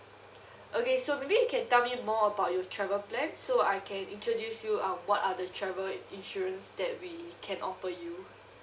okay so maybe you can tell me more about you travel plan so I can introduce you uh what are the travel insurance that we can offer you